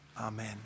Amen